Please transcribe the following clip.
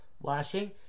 washing